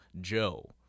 Joe